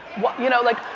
you know, like,